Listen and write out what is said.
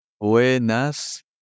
Buenas